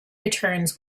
returns